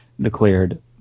declared